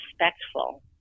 respectful